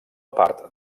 part